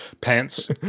Pants